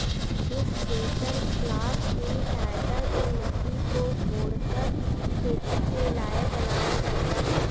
इस chisel plough की सहायता से मिट्टी को कोड़कर खेती के लायक बनाया जाता है